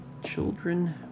Children